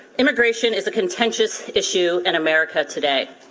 immigration is a contentious issue in america today.